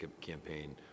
campaign